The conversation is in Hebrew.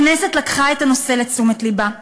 הכנסת לקחה את הנושא לתשומת לבה,